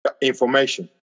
information